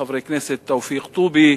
חבר הכנסת תופיק טובי,